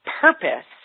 purpose